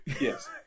Yes